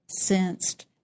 sensed